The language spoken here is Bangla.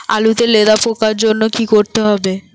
আলুতে লেদা পোকার জন্য কি করতে হবে?